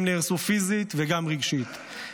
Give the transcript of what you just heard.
בתים נהרסו פיזית, וגם רגשית.